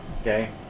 Okay